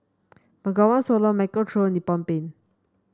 Bengawan Solo Michael Trio Nippon Paint